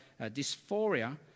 dysphoria